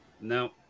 No